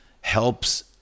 helps